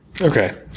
okay